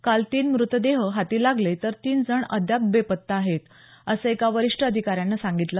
काल तीन मृतदेह हाती लागले तर तीनजण अद्याप बेपत्ता आहेत असं एका वरीष्ठ अधिकाऱ्यानं सांगितलं